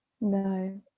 No